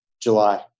July